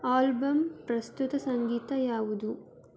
album ಪ್ರಸ್ತುತ ಸಂಗೀತ ಯಾವುದು